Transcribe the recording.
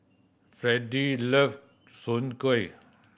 Fredy love Soon Kueh